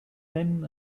then